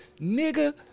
Nigga